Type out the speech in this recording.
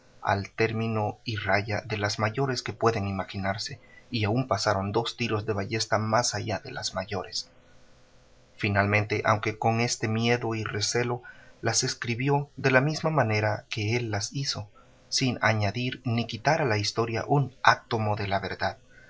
al término y raya de las mayores que pueden imaginarse y aun pasaron dos tiros de ballesta más allá de las mayores finalmente aunque con este miedo y recelo las escribió de la misma manera que él las hizo sin añadir ni quitar a la historia un átomo de la verdad